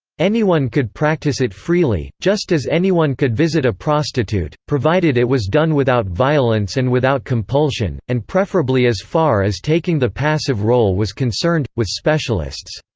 anyone could practice it freely, just as anyone could visit a prostitute, provided it was done without violence and without compulsion, and preferably preferably as far as taking the passive role was concerned, with specialists.